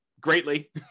greatly